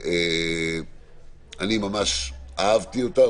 אני ממש אהבתי אותה,